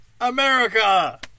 America